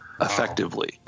effectively